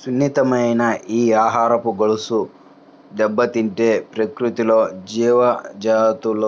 సున్నితమైన ఈ ఆహారపు గొలుసు దెబ్బతింటే ప్రకృతిలో జీవజాతుల